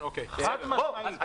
חד משמעית.